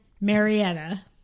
Marietta